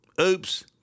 oops